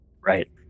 Right